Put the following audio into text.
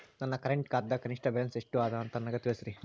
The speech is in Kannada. ನನ್ನ ಕರೆಂಟ್ ಖಾತಾದಾಗ ಕನಿಷ್ಠ ಬ್ಯಾಲೆನ್ಸ್ ಎಷ್ಟು ಅದ ಅಂತ ನನಗ ತಿಳಸ್ರಿ